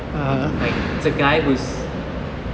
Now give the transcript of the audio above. like it's a guy who is